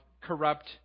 corrupt